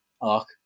arc